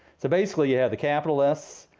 so basically you have the capital s,